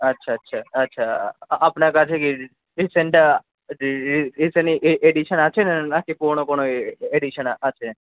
আচ্ছা আচ্ছা আচ্ছা আপনার কাছে কি রিসেন্টটা রিসেন্ট এডিশান আছে না কি পুরনো কোনো এডিশান আছে